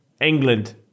England